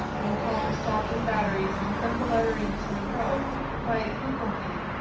montcalm stopped his batteries and sent the letter in to monro by bougainville,